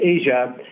Asia